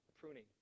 pruning